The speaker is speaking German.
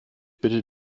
bitte